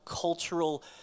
cultural